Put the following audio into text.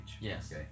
Yes